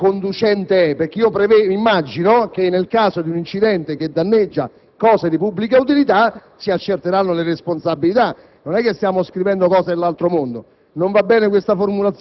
quale conducente si tratti, perché immagino che nel caso di un incidente che danneggi cose di pubblica utilità si accerteranno le responsabilità. Non è che stiamo scrivendo cose dell'altro mondo.